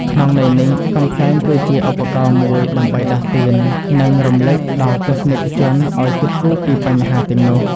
ក្នុងន័យនេះ កំប្លែងគឺជាឧបករណ៍មួយដើម្បីដាស់តឿន និងរំលឹកដល់ទស្សនិកជនឲ្យគិតគូរពីបញ្ហាទាំងនោះ។